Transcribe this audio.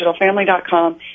digitalfamily.com